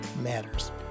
matters